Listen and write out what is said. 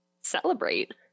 celebrate